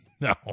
No